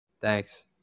Thanks